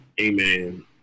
Amen